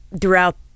throughout